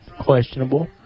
Questionable